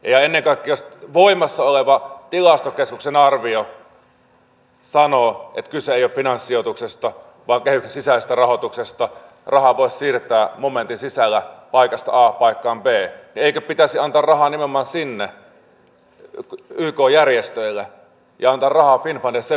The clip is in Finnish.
ja ennen kaikkea jos voimassa oleva tilastokeskuksen arvio sanoo että kyse ei ole finanssisijoituksesta vaan kehyksen sisäisestä rahoituksesta rahaa voisi siirtää momentin sisällä paikasta a paikkaan b niin eikö pitäisi antaa rahaa nimenomaan sinne ykn järjestöille ja antaa rahaa finnfundille sen verran mitä pyydetään